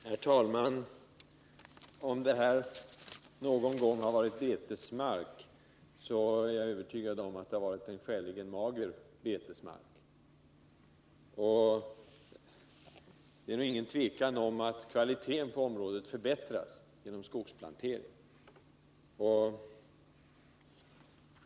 Herr talman! Om det här området någon gång har varit betesmark, så är jag övertygad om att det har varit en skäligen mager betesmark. Det råder inget tvivel om att kvaliteten på området har förbättrats genom skogsplanteringen.